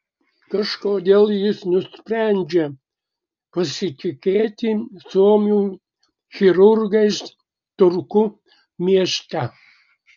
kažkodėl jis nusprendžia pasitikėti suomių chirurgais turku mieste